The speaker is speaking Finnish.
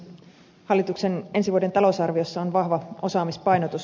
hallituksen ensi vuoden talousarviossa on vahva osaamispainotus